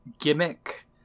gimmick